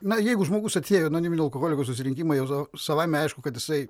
na jeigu žmogus atėjo į anoniminių alkoholikų susirinkimą jau savaime aišku kad jisai